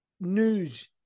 news